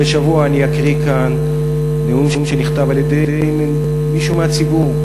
מדי שבוע אני אקריא כאן נאום שנכתב על-ידי מישהו מהציבור,